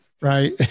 right